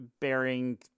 bearing